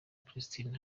christine